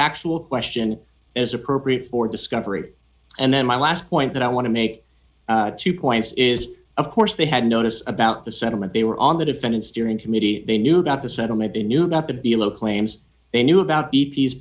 factual question as appropriate for discovery and then my last point that i want to make two points is of course they had notice about the settlement they were on the defendant's steering committee they knew about the settlement they knew about the below claims they knew about